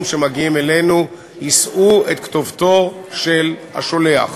שמגיעים אלינו יישאו את כתובתו של השולח.